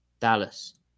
Dallas